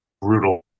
brutal